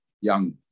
young